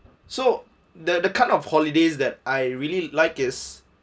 so the the kind of holidays that I really like is